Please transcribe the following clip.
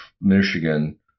Michigan